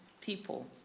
people